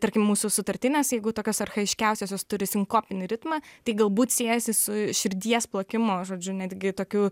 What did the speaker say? tarkim mūsų sutartinės jeigu tokios archajiškiausios jos turi sinkopinį ritmą tai galbūt siejasi su širdies plakimo žodžiu netgi tokiu